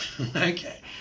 Okay